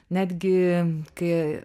netgi kai